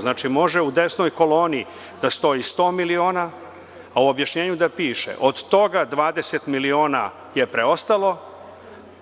Znači, može u desnoj koloni da stoji 100 miliona, ali u objašnjenju da piše – od toga 20 miliona je preostalo,